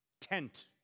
tent